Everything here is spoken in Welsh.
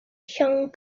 siôn